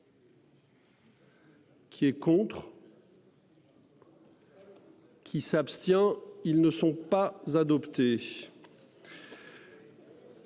Qui est contre. Qui s'abstient. Ils ne sont pas adoptés.